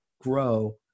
grow